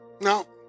No